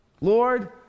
Lord